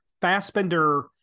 Fassbender